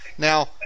Now